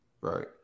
Right